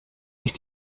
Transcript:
ich